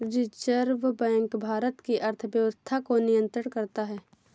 reserve bank Bharat की अर्थव्यवस्था को नियन्त्रित करता है